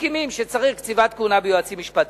מסכימים שצריך קציבת כהונה ליועצים משפטיים.